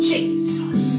Jesus